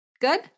good